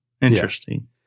Interesting